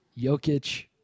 Jokic